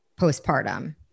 postpartum